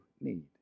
need